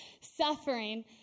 Suffering